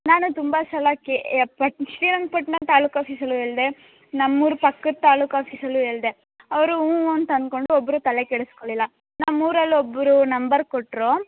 ನಾನು ತುಂಬ ಸಲ ಕೇ ಶ್ರೀರಂಗ ಪಟ್ಟಣ ತಾಲೂಕ್ ಆಫೀಸಲ್ಲು ಹೇಳ್ದೆ ನಮ್ಮೂರು ಪಕ್ಕದ ತಾಲೂಕ್ ಆಫೀಸಲ್ಲು ಹೇಳ್ದೆ ಅವರು ಹ್ಞೂ ಹ್ಞೂ ಅಂತ ಅನ್ಕೊಂಡು ಒಬ್ಬರು ತಲೆ ಕೆಡಿಸ್ಕೊಳ್ಳಲಿಲ್ಲ ನಮ್ಮೂರಲ್ಲಿ ಒಬ್ಬರು ನಂಬರ್ ಕೊಟ್ಟರು